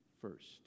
first